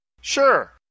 Sure